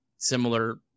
similar